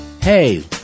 Hey